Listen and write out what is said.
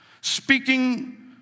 speaking